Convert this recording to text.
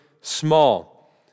small